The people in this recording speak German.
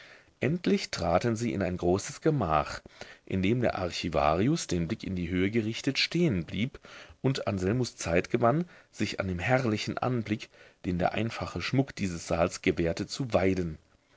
endlich traten sie in ein großes gemach in dem der archivarius den blick in die höhe gerichtet stehen blieb und anselmus zeit gewann sich an dem herrlichen anblick den der einfache schmuck dieses saals gewährte zu weiden